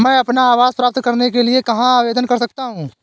मैं अपना आवास प्राप्त करने के लिए कहाँ आवेदन कर सकता हूँ?